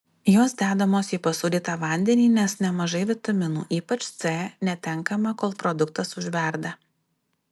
jos dedamos į pasūdytą vandenį nes nemažai vitaminų ypač c netenkama kol produktas užverda